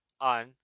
on